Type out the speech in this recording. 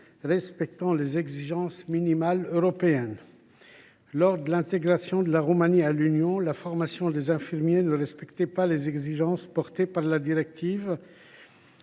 respectant les exigences minimales européennes. Lors de l’intégration de la Roumanie à l’Union, la formation des infirmiers ne respectait pas les exigences définies par la directive